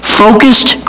focused